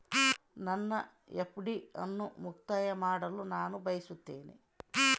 ನನ್ನ ಎಫ್.ಡಿ ಅನ್ನು ಮುಕ್ತಾಯ ಮಾಡಲು ನಾನು ಬಯಸುತ್ತೇನೆ